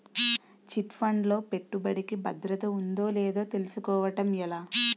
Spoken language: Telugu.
చిట్ ఫండ్ లో పెట్టుబడికి భద్రత ఉందో లేదో తెలుసుకోవటం ఎలా?